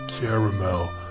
caramel